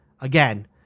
again